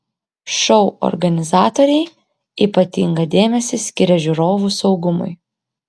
šou organizatoriai ypatingą dėmesį skiria žiūrovų saugumui